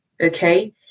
Okay